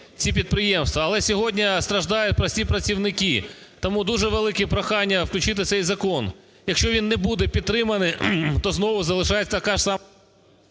ці підприємства. Але сьогодні страждають прості працівники. Тому дуже велике прохання включити цей закон. Якщо він не буде підтриманий, то знову залишається така ж сама…